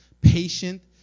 patient